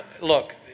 look